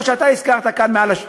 רציני.